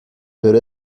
pero